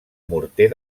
morter